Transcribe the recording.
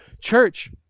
Church